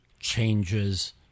changes